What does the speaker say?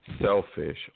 selfish